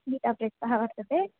गीताप्रेस् तः वर्तते